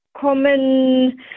common